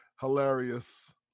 Hilarious